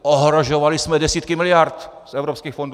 Ohrožovali jsme desítky miliard z evropských fondů!